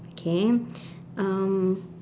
okay um